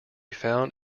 found